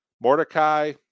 Mordecai